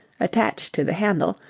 attached to the handle,